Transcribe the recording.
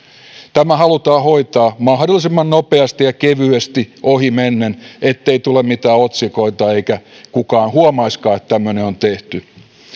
tämä halutaan hoitaa mahdollisimman nopeasti ja kevyesti ohimennen ettei tule mitään otsikoita eikä kukaan huomaisikaan että tämmöinen on tehty